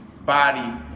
body